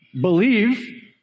believe